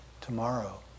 tomorrow